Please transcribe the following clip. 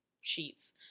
sheets